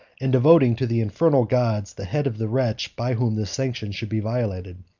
and devoting to the infernal gods the head of the wretch by whom this sanction should be violated.